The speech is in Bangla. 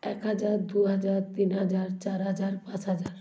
এক হাজার দু হাজার তিন হাজার চার হাজার পাঁচ হাজার